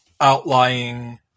outlying